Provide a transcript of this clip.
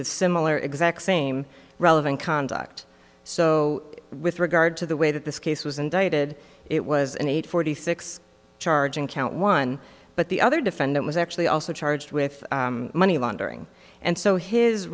to similar exact same relevant conduct so with regard to the way that this case was indicted it was an eight forty six charge in count one but the other defendant was actually also charged with money laundering and so his